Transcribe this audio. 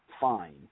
fine